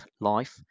life